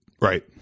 Right